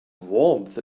warmth